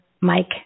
Mike